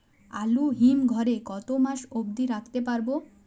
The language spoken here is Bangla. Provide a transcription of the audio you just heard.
আলু হিম ঘরে কতো মাস অব্দি রাখতে পারবো?